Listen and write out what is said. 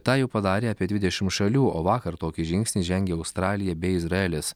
tą jau padarė apie dvidešim šalių o vakar tokį žingsnį žengė australija bei izraelis